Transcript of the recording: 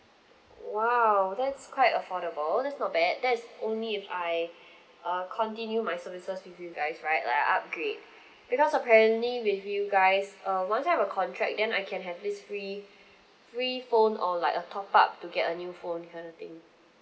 !wow! that's quite affordable that's not bad that's only if I uh continue my services with you guys right like I upgrade because apparently with you guys uh once I have a contract then I can have this free free phone or like a top up to get a new phone kind of thing